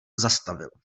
zastavil